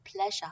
pleasure